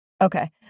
Okay